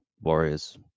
Warriors